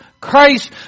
Christ